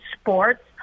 sports